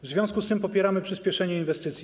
W związku z tym popieramy przyspieszenie inwestycji.